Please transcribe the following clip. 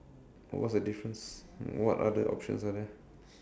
what's the difference what other options are there